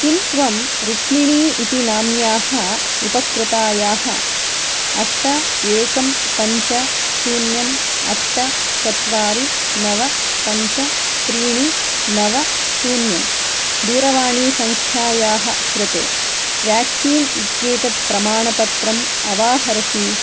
किं त्वं रुक्मिणी इति नाम्न्याः उपकृतायाः अष्ट एकं पञ्च शून्यम् अष्ट चत्वारि नव पञ्च त्रीणि नव शून्यं दूरवाणीसङ्ख्यायाः कृते व्याक्सीन् इत्येतत् प्रमाणपत्रम् अवाहरसि